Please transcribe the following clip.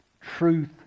truth